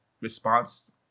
response